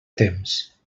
temps